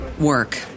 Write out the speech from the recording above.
work